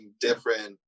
different